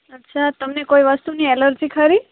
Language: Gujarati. અચ્છા તમને કોઈ વસ્તુની એલર્જી ખરી